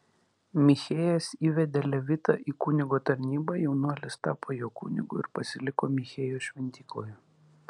michėjas įvedė levitą į kunigo tarnybą jaunuolis tapo jo kunigu ir pasiliko michėjo šventykloje